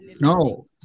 No